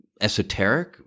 esoteric